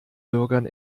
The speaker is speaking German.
bürgern